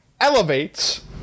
elevates